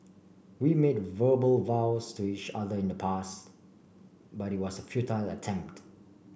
we made verbal vows to each other in the past but it was a futile attempt